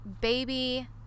baby